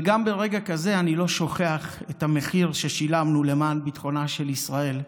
אבל גם ברגע כזה אני לא שוכח את המחיר ששילמנו למען ביטחונה של ישראל.